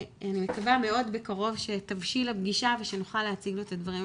אני מקווה מאוד בקרוב שתבשיל הפגישה ושנוכל להציג לו את הדברים.